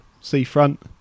seafront